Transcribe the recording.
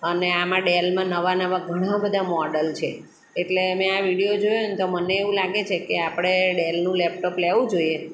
અને આમાં ડેલમાં નવાં નવાં ઘણાં બધાં મોડલ છે એટલે અમે આ વિડીયો જોયો ને તો મને એવું લાગે છે કે આપણે ડેલનું લેપટોપ લેવું જોઈએ